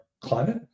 climate